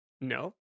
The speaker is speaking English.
No